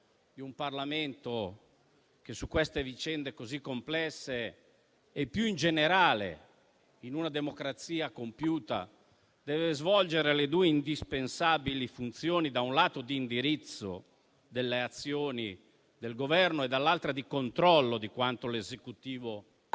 di un Parlamento che, su queste vicende così complesse e più in generale in una democrazia compiuta, deve svolgere due indispensabili funzioni: da un lato di indirizzo delle azioni del Governo e dall'altra di controllo di quanto l'Esecutivo